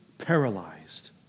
paralyzed